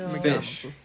fish